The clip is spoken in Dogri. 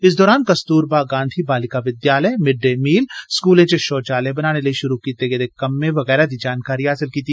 इस दौरान कस्तूरबा गांधी बालिका विद्यालय मि मील स्कूलें च शोचालयें बनाने लेई श्रु कीते गेदे कम्में दी जानकारी हासल कीती